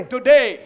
today